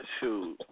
Shoot